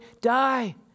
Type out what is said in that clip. die